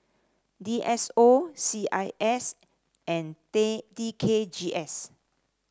D S O C I S and T K G S